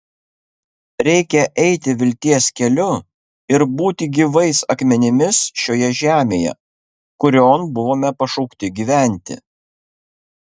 reikia eiti vilties keliu ir būti gyvais akmenimis šioje žemėje kurion buvome pašaukti gyventi